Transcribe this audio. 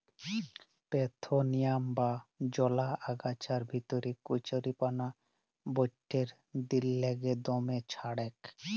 parthenium বা জলা আগাছার ভিতরে কচুরিপানা বাঢ়্যের দিগেল্লে দমে চাঁড়ের